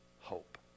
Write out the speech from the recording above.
hope